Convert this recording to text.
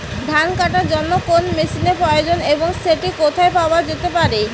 ধান কাটার জন্য কোন মেশিনের প্রয়োজন এবং সেটি কোথায় পাওয়া যেতে পারে?